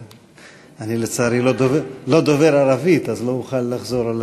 אני, לצערי, לא דובר ערבית אז לא אוכל לחזור.